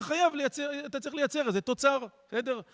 חייב לייצר, אתה צריך לייצר איזה תוצר, בסדר?